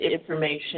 information